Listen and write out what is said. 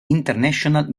international